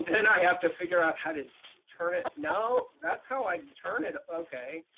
then i have to figure out how to turn it no! that's how i turn it, okay.